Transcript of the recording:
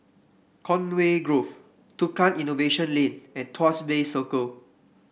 Conway Grove Tukang Innovation Lane and Tuas Bay Circle